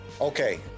okay